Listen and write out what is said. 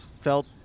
felt